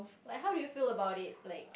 like how do you feel about it like